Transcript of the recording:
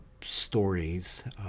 stories